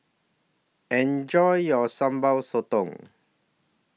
Enjoy your Sambal Sotong